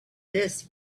this